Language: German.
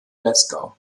glasgow